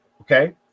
okay